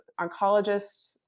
oncologists